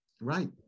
right